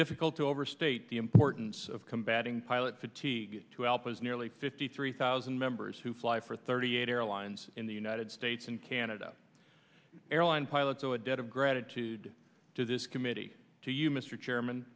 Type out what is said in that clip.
difficult to overstate the importance of combating pilot fatigue to help as nearly fifty three thousand members who fly for thirty eight airlines in the united states and canada airline pilots owe a debt of gratitude to this committee to you mr